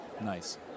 Nice